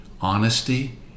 Honesty